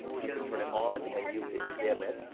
you can turn it on, and you can dim it,